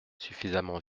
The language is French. suffisamment